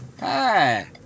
Hi